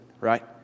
Right